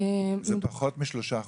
זה פחות משלושה חודשים.